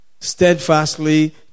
steadfastly